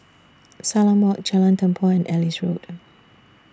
Salam Walk Jalan Tempua and Ellis Road